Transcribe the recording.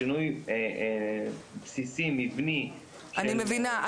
שינוי בסיסי מבני --- אני מבינה.